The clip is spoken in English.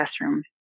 classroom